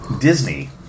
Disney